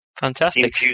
fantastic